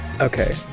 okay